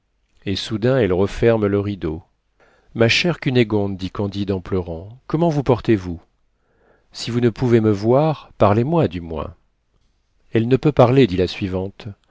et soudain elle referme le rideau ma chère cunégonde dit candide en pleurant comment vous portez-vous si vous ne pouvez me voir parlez-moi du moins elle ne peut parler dit la suivante